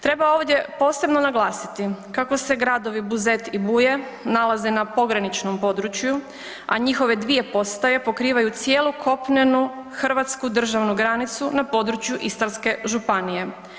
Treba ovdje posebno naglasiti kako se gradovi Buzet i Buje nalaze na pograničnom području, a njihove 2 postaje pokrivaju cijelu kopnenu hrvatsku državnu granicu na području Istarske županije.